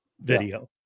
video